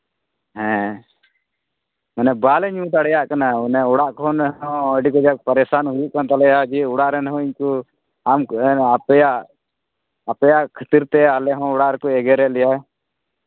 ᱦᱮᱸ ᱢᱟᱱᱮ ᱵᱟᱞᱮ ᱧᱩ ᱫᱟᱲᱮᱭᱟᱜ ᱠᱟᱱᱟ ᱚᱲᱟᱜ ᱠᱷᱚᱱ ᱦᱚᱸ ᱟᱹᱰᱤ ᱠᱟᱡᱟᱠ ᱯᱟᱨᱤᱥᱟᱱ ᱦᱩᱭᱩᱜ ᱠᱟᱱ ᱛᱟᱞᱮᱭᱟ ᱡᱮ ᱚᱲᱟᱜ ᱨᱮᱱ ᱦᱚᱧ ᱟᱢ ᱟᱯᱮᱭᱟᱜ ᱟᱯᱮᱭᱟᱜ ᱠᱷᱟᱹᱛᱤᱨ ᱛᱮ ᱟᱞᱮ ᱦᱚᱸ ᱚᱲᱟᱜ ᱨᱮᱠᱚ ᱮᱜᱮᱨᱮᱫ ᱞᱮᱭᱟ